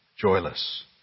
Joyless